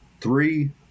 three